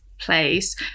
place